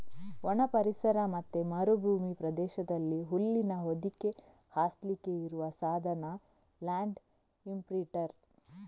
ಒಣ ಪರಿಸರ ಮತ್ತೆ ಮರುಭೂಮಿ ಪ್ರದೇಶದಲ್ಲಿ ಹುಲ್ಲಿನ ಹೊದಿಕೆ ಹಾಸ್ಲಿಕ್ಕೆ ಇರುವ ಸಾಧನ ಲ್ಯಾಂಡ್ ಇಂಪ್ರಿಂಟರ್